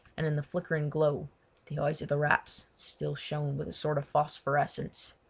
and in the flickering glow the eyes of the rats still shone with a sort of phosphorescence.